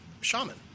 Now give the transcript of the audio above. shaman